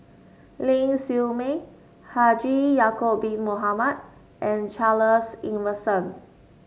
Ling Siew May Haji Ya'acob Bin Mohamed and Charles Emmerson